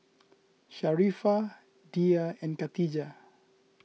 Sharifah Dhia and Khatijah